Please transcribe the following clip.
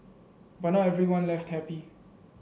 but not everyone left happy